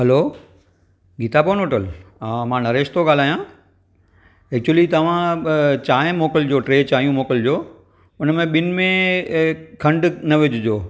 हलो गीता बोनोटोल हा मां नरेश थो ॻाल्हायां एक्चुली तव्हां चांहि मोकिलिजो टे चांयू मोकिलिजो हुन में ॿिनि में खंडु न विझिजो